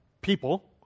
people